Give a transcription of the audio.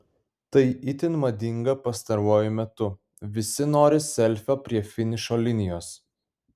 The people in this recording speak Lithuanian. tai itin madinga pastaruoju metu visi nori selfio prie finišo linijos